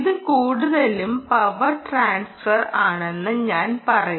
ഇത് കൂടുതലും power transfer ആണെന്ന് ഞാൻ പറയും